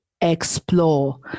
Explore